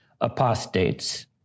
apostates